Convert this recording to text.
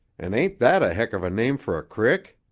and ain't that a heck of a name for a crick?